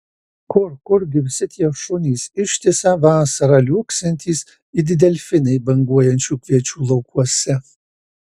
kur kurgi visi tie šunys ištisą vasarą liuoksintys it delfinai banguojančių kviečių laukuose